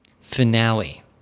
Finale